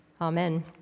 Amen